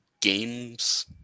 games